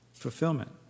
Fulfillment